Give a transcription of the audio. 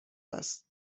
است